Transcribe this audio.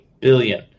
billion